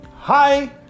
Hi